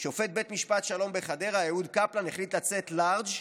שופט בית משפט השלום בחדרה אהוד קפלן החליט לצאת לארג',